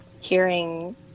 hearing